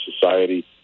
society